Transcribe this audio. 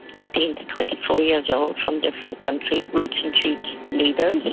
eighteen to twenty four years old, from different countries, roots and shoots leaders,